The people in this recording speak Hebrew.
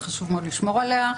שחשוב מאוד לשמור עליה,